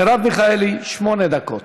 מרב מיכאלי, שמונה דקות.